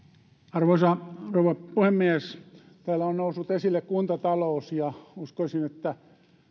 arvoisa rouva puhemies täällä on noussut esille kuntatalous ja uskoisin että